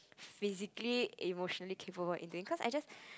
physically emotionally capable or anything cause I just